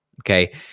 Okay